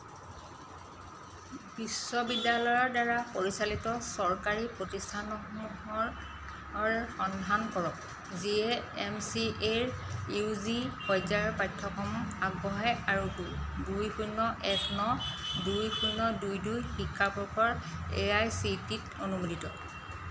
বিশ্ববিদ্যালয়ৰ দ্বাৰা পৰিচালিত চৰকাৰী প্ৰতিষ্ঠানসমূহৰ সন্ধান কৰক যিয়ে এম চি এ ৰ ইউ জি পৰ্যায়ৰ পাঠ্যক্ৰম আগবঢ়ায় আৰু দুই শূন্য এক ন আৰু দুই শূন্য দুই দুই শিক্ষাবৰ্ষৰ এ আই চি টি ত অনুমোদিত